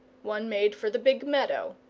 one made for the big meadow.